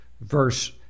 Verse